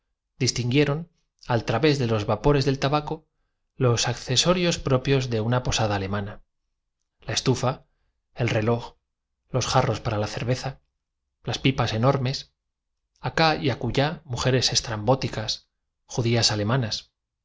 distinguieron al través de los vapores del ta el hombrecillo oyendo estas palabras envolvió baco los accesorios propios de una posada alemana la estufa el reloj al posadero a los dos franceses y el comedor en una mirada en la que se los jarros para la cerveza las pipas enormes acá y acullá mujeres reflejaron por igual la prudencia y el espanto estrambóticas judías alemanas